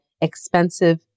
expensive